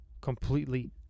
completely